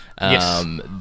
Yes